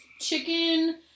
chicken